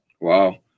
Wow